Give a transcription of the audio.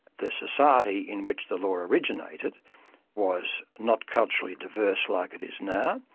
the society in which the law originated was not culturally diverse like it is now.